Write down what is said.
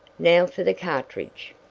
now for the cartridge.